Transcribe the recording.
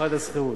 במיוחד השכירות.